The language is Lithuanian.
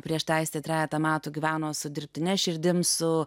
prieš tai aistė trejetą metų gyveno su dirbtine širdim su